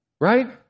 right